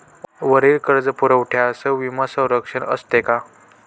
वरील कर्जपुरवठ्यास विमा संरक्षण असते का?